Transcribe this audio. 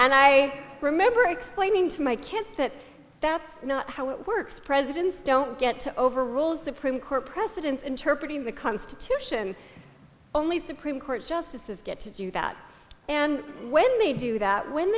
and i remember explaining to my kids that that's not how it works presidents don't get to over rules supreme court precedents interpret in the constitution only supreme court justices get to do that and when they do that when